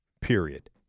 period